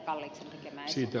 kannatan ed